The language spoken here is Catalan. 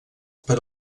per